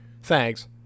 Thanks